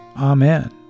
Amen